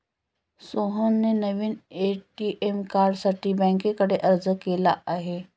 सोहनने नवीन ए.टी.एम कार्डसाठी बँकेकडे अर्ज केला आहे